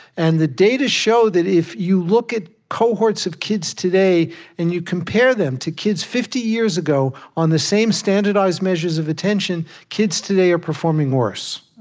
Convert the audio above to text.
and the data show that if you look at cohorts of kids today and you compare them to kids fifty years ago on the same standardized measures of attention, kids today are performing worse.